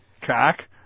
cock